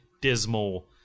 dismal